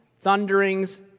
thunderings